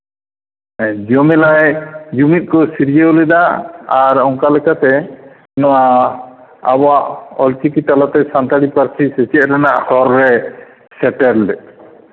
ᱡᱚᱢᱮᱞᱟᱭ ᱡᱩᱢᱤᱫ ᱠᱚ ᱥᱤᱨᱡᱟᱹᱣ ᱞᱮᱫᱟ ᱟᱨ ᱚᱝᱠᱟ ᱞᱮᱠᱟᱛᱮ ᱱᱚᱣᱟ ᱟᱵᱚᱣᱟᱜ ᱚᱞ ᱪᱤᱠᱤ ᱛᱟᱞᱟᱛᱮ ᱥᱟᱱᱛᱟᱲᱤ ᱯᱟᱹᱨᱥᱤ ᱥᱮᱪᱮᱫ ᱨᱮᱱᱟᱜ ᱦᱚᱨ ᱨᱮ ᱥᱮᱴᱮᱨ ᱞᱮᱫ